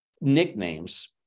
Nicknames